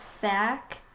back